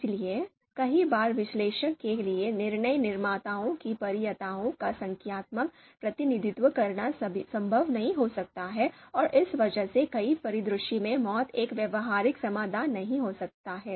इसलिए कई बार विश्लेषक के लिए निर्णय निर्माताओं की वरीयताओं का संख्यात्मक प्रतिनिधित्व करना संभव नहीं हो सकता है और इस वजह से कई परिदृश्यों में MAUT एक व्यावहारिक समाधान नहीं हो सकता है